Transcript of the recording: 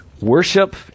Worship